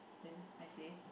then I say